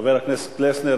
חבר הכנסת פלסנר,